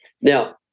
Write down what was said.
Now